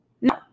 No